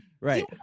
right